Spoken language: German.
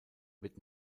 wird